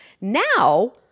Now